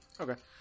Okay